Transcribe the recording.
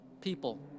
people